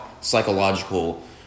psychological